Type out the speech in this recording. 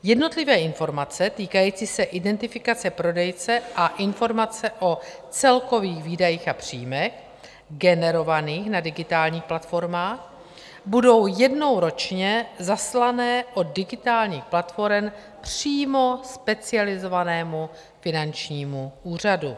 Jednotlivé informace týkající se identifikace prodejce a informace o celkových výdajích a příjmech generovaných na digitálních platformách budou jednou ročně zaslané od digitálních platforem přímo specializovanému finančnímu úřadu.